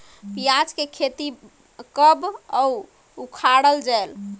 पियाज के खेती कब अउ उखाड़ा जायेल?